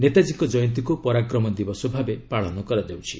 ନେତାଜୀଙ୍କ ଜୟନ୍ତୀକୁ ପରାକ୍ରମ ଦିବସ ଭାବେ ପାଳନ କରାଯାଉଛି